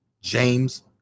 james